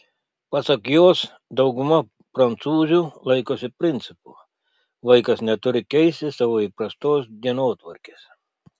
pasak jos dauguma prancūzių laikosi principo vaikas neturi keisti tavo įprastos dienotvarkės